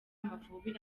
amavubi